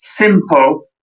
simple